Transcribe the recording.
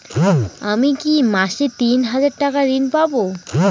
আমি কি মাসে তিন হাজার টাকার ঋণ পাবো?